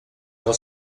del